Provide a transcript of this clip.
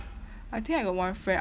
I think I got one friend